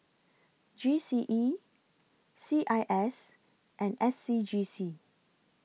G C E C I S and S C G C